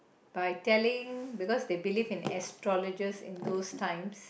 by telling because they believed astrologer in those times